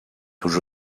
tuż